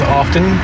often